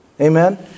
Amen